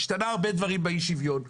השתנו הרבה דברים באי שוויון.